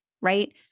right